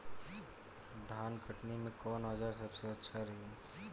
धान कटनी मे कौन औज़ार सबसे अच्छा रही?